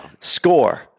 Score